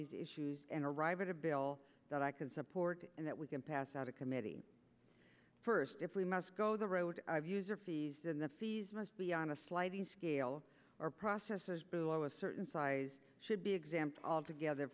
these issues and arrive at a bill that i can support and that we can pass out of committee first if we must go the road user fees and the fees must be on a sliding scale or processors below a certain size should be exempt altogether